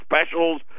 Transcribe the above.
specials